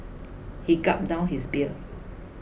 he gulped down his beer